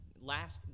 last